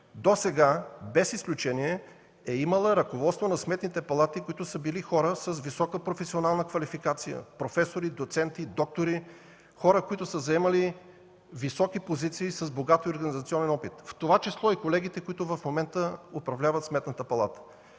досега без изключение е имала ръководства на сметните палати, които са били хора с висока професионална квалификация – професори, доценти, доктори, хора, които са заемали високи позиции с богат организационен опит, в това число и колегите, които в момента управляват Сметната палата.